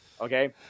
Okay